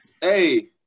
Hey